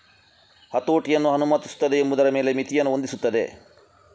ಹತೋಟಿಯನ್ನು ಅನುಮತಿಸುತ್ತದೆ ಎಂಬುದರ ಮೇಲೆ ಮಿತಿಯನ್ನು ಹೊಂದಿಸುತ್ತದೆ